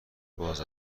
باز